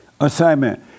assignment